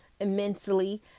immensely